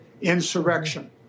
insurrection